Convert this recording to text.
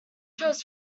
choose